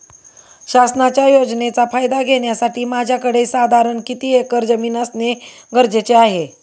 शासनाच्या योजनेचा फायदा घेण्यासाठी माझ्याकडे साधारण किती एकर जमीन असणे गरजेचे आहे?